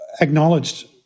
acknowledged